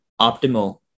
optimal